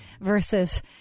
Versus